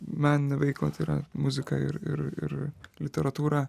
meninę veiklą tai yra muziką ir ir ir literatūrą